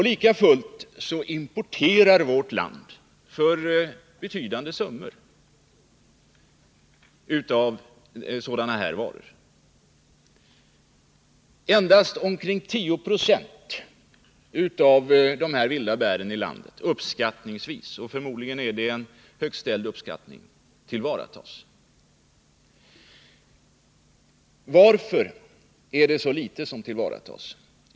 Likafullt importerar vårt land sådana varor för betydande summor. Uppskattningsvis — och det är förmodligen en högt ställd uppskattning — tillvaratas endast omkring 10 26 av de vilda bären i landet. Varför är det så litet som tillvaratas?